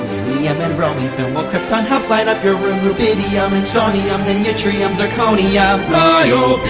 yeah um and bromine film, while krypton helps light up your room. rubidium and strontium then yttrium, zirconium niobium!